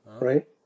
Right